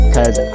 Cause